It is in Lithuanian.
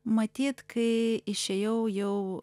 matyt kai išėjau jau